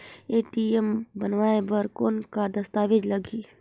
ATM बनवाय बर कौन का दस्तावेज लगही?